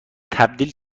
تبدیل